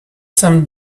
some